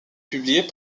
publiés